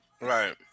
Right